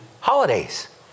holidays